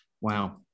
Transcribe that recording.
Wow